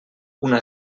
una